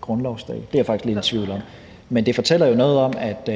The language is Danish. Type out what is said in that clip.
grundlovsdag? Det er jeg faktisk lidt i tvivl om. Men det fortæller jo noget om, at